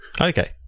Okay